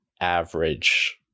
average